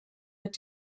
mit